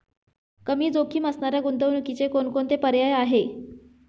कमी जोखीम असणाऱ्या गुंतवणुकीचे कोणकोणते पर्याय आहे?